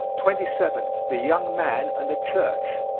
twenty seven. the young man and the church.